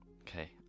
Okay